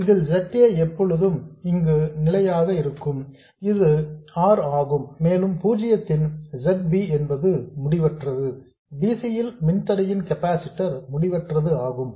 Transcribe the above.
இதில் Z a எப்பொழுதும் இங்கு நிலையாக இருக்கும் இது R ஆகும் மேலும் பூஜ்ஜியத்தின் Z b என்பது முடிவற்றது dc ல் மின்தடையின் கெபாசிட்டர் முடிவற்றது ஆகும்